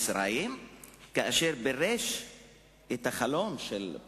תצפית, כדי שרכבות לא יתנגשו זו בזו,